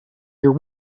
your